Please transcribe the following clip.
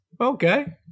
Okay